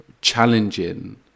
challenging